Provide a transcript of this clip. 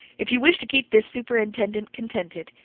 if you wish to keep this superintendent contented,